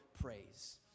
praise